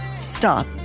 Stop